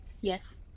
yes